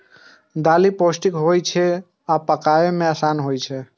दालि पौष्टिक होइ छै आ पकबै मे आसान छै